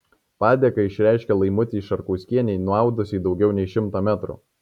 padėką išreiškė laimutei šarkauskienei nuaudusiai daugiau nei šimtą metrų